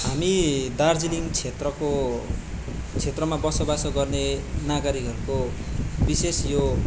हामी दार्जिलिङ क्षेत्रको क्षेत्रमा बसोबासो गर्ने नागरिकहरूको विशेष यो